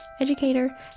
educator